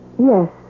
Yes